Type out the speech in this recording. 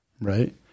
Right